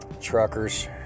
truckers